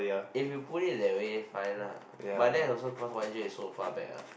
if you put it that way fine lah but that's also cause Y_J is so far back lah